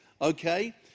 okay